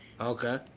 Okay